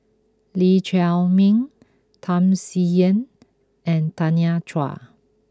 Lee Chiaw Meng Tham Sien Yen and Tanya Chua